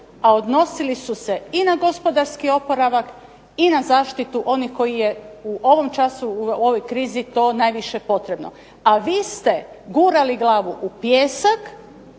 a odnosili su se i na gospodarski oporavak i na zaštitu onih koji je u ovom času, u ovoj krizi to najviše potrebno, a vi ste gurali glavu u pijesak,